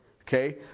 Okay